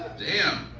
damn.